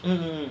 mm mm